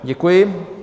Děkuji.